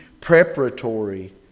preparatory